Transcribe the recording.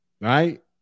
right